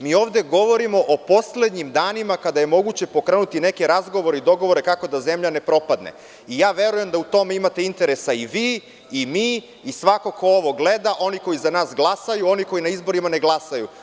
Mi ovde govorimo o poslednjim danima kada je moguće pokrenuti neke razgovore i dogovore kako da zemlja ne propadne i verujem da u tome imate interesa i vi i mi, i svako ko gleda, oni koji za nas glasaju, oni koji na izborima ne glasaju.